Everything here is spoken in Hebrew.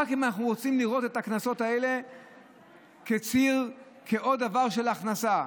רק אם אנחנו רוצים לראות את הקנסות האלה כעוד ציר של הכנסה,